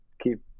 keep